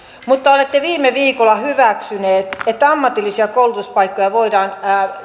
mutta olette viime viikolla hyväksynyt että ammatillisia koulutuspaikkoja voidaan